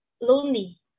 lonely